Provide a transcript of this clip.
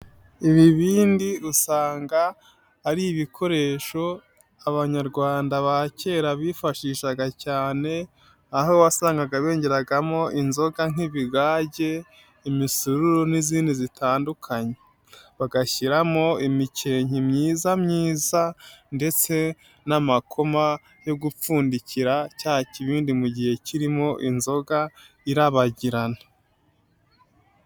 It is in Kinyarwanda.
Ibibindi usanga ari ibikoresho abanyarwanda ba kera bifashishaga cyane, aho wasangaga bengeragamo inzoga nk'ibigage, imisururu n'izindi zitandukanye. Bagashyiramo imikenke myiza myiza ndetse n'amakoma yo gupfundikira cya kibindi mu gihe kirimo inzoga irabagirana.